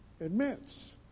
admits